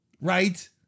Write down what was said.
right